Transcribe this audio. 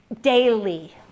daily